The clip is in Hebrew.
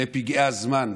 לפגעי הזמן,